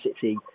City